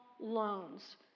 loans